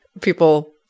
People